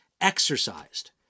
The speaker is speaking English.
exercised